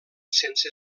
sense